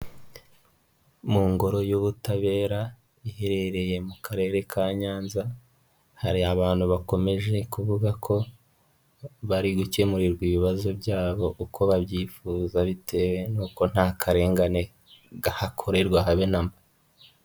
Mu ngoro y'ubutabera iherereye mu karere ka Nyanza, hari abantu bakomeje kuvuga ko bari gukemurirwa ibibazo byabo uko babyifuza, bitewe n'uko nta karengane kahakorerwa habe na mba.